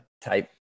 type